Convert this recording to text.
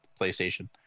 PlayStation